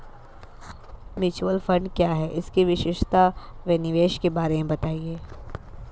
Mutual fund क्या है इसकी विशेषता व निवेश के बारे में बताइये?